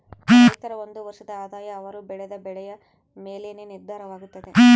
ರೈತರ ಒಂದು ವರ್ಷದ ಆದಾಯ ಅವರು ಬೆಳೆದ ಬೆಳೆಯ ಮೇಲೆನೇ ನಿರ್ಧಾರವಾಗುತ್ತದೆ